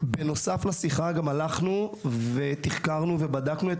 בנוסף לשיחה גם הלכנו ותחקרנו ובדקנו את